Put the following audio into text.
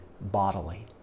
bodily